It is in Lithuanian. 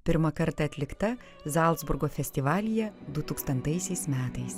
pirmą kartą atlikta zalcburgo festivalyje dutūkstantaisiais metais